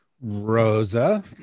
Rosa